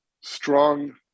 strong